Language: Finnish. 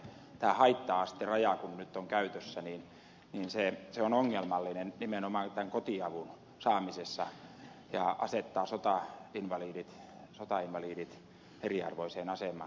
tämä haitta asteraja kun nyt on käytössä niin se on ongelmallinen nimenomaan tämän kotiavun saamisessa ja asettaa sotainvalidit eriarvoiseen asemaan